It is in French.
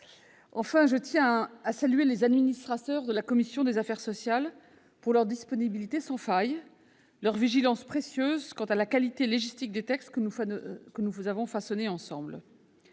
Enfin, je tiens enfin à saluer les administrateurs de la commission des affaires sociales pour leur disponibilité sans faille et leur vigilance précieuse quant à la qualité légistique des textes que nous façonnons ensemble.